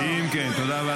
תודה רבה.